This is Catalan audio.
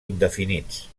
indefinits